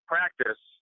practice